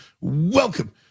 Welcome